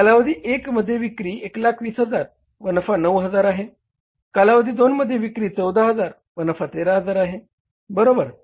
कालावधी एक मध्ये विक्री 120000 व नफा 9000 आहे कालावधी दोन मध्ये विक्री 14000 व नफा 13000 आहे बरोबर